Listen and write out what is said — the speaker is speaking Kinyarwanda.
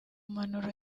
mpanuro